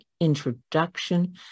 introduction